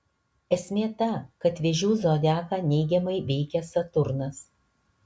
esmė ta kad vėžių zodiaką neigiamai veikia saturnas